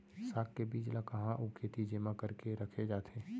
साग के बीज ला कहाँ अऊ केती जेमा करके रखे जाथे?